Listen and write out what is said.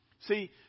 See